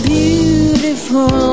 beautiful